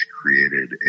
created